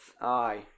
Aye